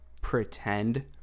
pretend